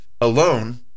alone